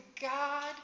God